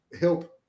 help